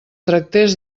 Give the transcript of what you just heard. tractés